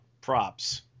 Props